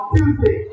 Tuesday